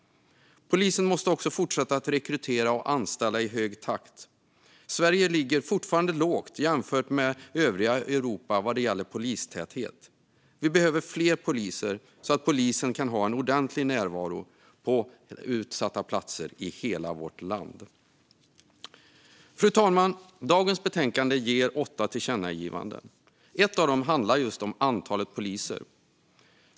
Polisen måste fortsätta att rekrytera och anställa i hög takt. Sverige ligger fortfarande lågt jämfört med övriga Europa när det gäller polistäthet. Vi behöver fler poliser, så att polisen kan ha ordentlig närvaro på utsatta platser i hela landet. Fru talman! Detta betänkande innehåller åtta förslag om tillkännagivanden. Ett av dem handlar just om antalet poliser.